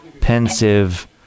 pensive